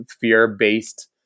fear-based